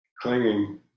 clinging